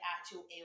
actual